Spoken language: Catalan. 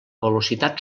velocitat